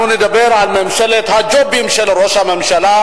אנחנו נדבר על ממשלת הג'ובים של ראש הממשלה